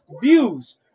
views